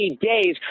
days